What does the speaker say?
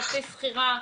חצי שכירה.